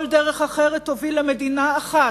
כל דרך אחרת תוביל למדינה אחת,